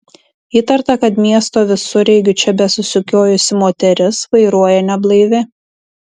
įtarta kad miesto visureigiu čia besisukiojusi moteris vairuoja neblaivi